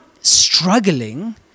struggling